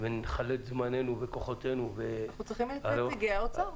ונכלה את זמננו וכוחותינו --- אנחנו צריכים את נציגי האוצר.